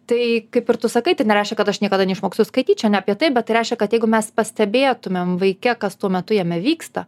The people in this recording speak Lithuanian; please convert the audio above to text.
tai kaip ir tu sakai tai nereiškia kad aš niekada neišmoksiu skaityt čia ne apie tai bet tai reiškia kad jeigu mes pastebėtumėm vaike kas tuo metu jame vyksta